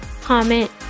comment